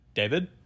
David